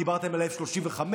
דיברתם על F-35,